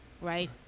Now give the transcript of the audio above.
Right